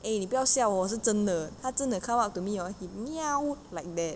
eh 你不要笑我是真的他真的 come up to me hor and meow like that